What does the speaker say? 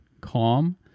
calm